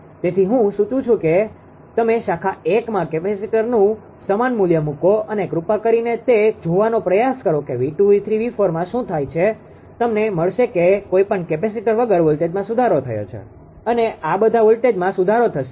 તેથી હું સૂચવુ છું કે તમે શાખા 1માં કેપેસિટરનું સમાન મૂલ્ય મૂકો અને કૃપા કરીને તે જોવાનો પ્રયાસ કરો કે 𝑉2 𝑉3 𝑉4 માં શું થાય છે તમને મળશે કે કોઈ પણ કેપેસીટર વગર વોલ્ટેજમાં સુધારો થાય છે અને આ બધા વોલ્ટેજમાં સુધારો થશે